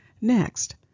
Next